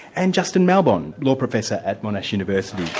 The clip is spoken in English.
and justin malbon, law professor at monash university.